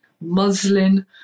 muslin